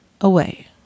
away